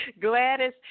Gladys